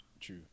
True